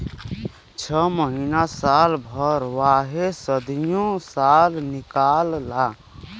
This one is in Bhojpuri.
छ महीना साल भर वाहे सदीयो साल निकाल ला